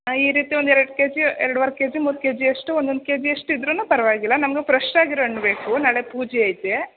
ಹಾಂ ಈ ರೀತಿ ಒಂದು ಎರಡು ಕೆ ಜಿ ಎರಡುವರೆ ಕೆ ಜಿ ಮೂರು ಕೆ ಜಿಯಷ್ಟು ಒಂದೊಂದು ಕೆ ಜಿಯಷ್ಟು ಇದ್ದರುನು ಪರವಾಗಿಲ್ಲ ನಮ್ಗೆ ಫ್ರೆಶ್ಶ ಆಗಿರೋ ಹಣ್ ಬೇಕು ನಾಳೆ ಪೂಜೆ ಐತೇ